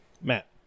Matt